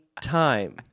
time